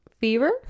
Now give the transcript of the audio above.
fever